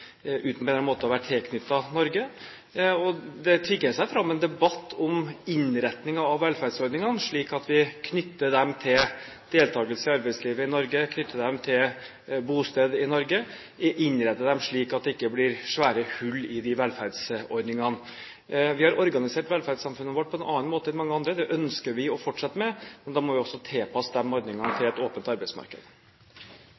uten på en eller annen måte å være tilknyttet Norge. Det tvinger seg fram en debatt om innretningen av velferdsordningene, at vi knytter dem til deltagelse i arbeidslivet i Norge, knytter dem til bosted i Norge, innretter dem slik at det ikke blir svære hull i de velferdsordningene. Vi har organisert velferdssamfunnet vårt på en annen måte enn mange andre. Det ønsker vi å fortsette med, men da må vi også tilpasse de ordningene